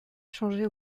changer